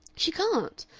she can't.